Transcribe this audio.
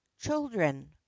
Children